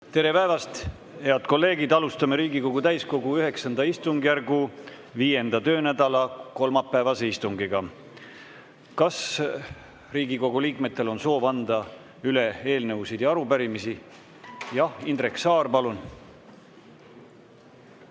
Tere päevast, head kolleegid! Alustame Riigikogu täiskogu IX istungjärgu 5. töönädala kolmapäevast istungit. Kas Riigikogu liikmetel on soov anda üle eelnõusid ja arupärimisi? Jah. Indrek Saar, palun!